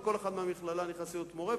וכל אחד עובר מהמכללה להיות מורה,